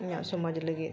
ᱤᱧᱟᱹᱜ ᱥᱚᱢᱟᱡᱽ ᱞᱟᱹᱜᱤᱫ